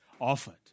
offered